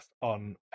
on